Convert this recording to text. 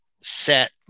set